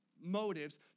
motives